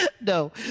No